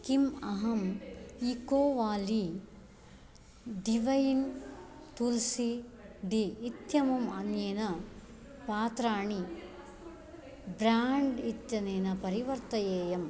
किम् अहं ईको वाली डिवैन् तुल्सि डी इत्यमुम् अन्येन पात्राणि ब्रेण्ड् इत्यनेन परिवर्तयेयम्